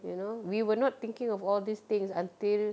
you know we will not thinking of all these things until